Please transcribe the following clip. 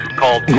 called